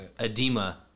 Edema